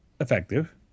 effective